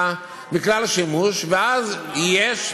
מכלל שימוש, ואז יש,